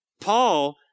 Paul